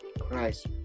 Christ